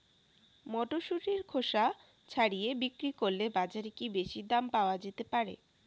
মটরশুটির খোসা ছাড়িয়ে বিক্রি করলে বাজারে কী বেশী দাম পাওয়া যেতে পারে?